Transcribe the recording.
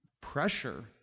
pressure